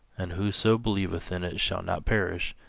and whoso believeth in it shall not perish,